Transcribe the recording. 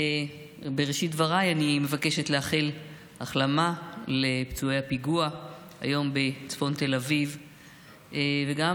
בראשית דבריי אני מבקשת לאחל החלמה לפצועי הפיגוע היום בצפון תל אביב וגם